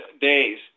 days